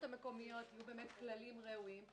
המקומיות יהיו באמת כללים ראויים,